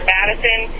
Madison